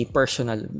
personal